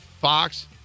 Fox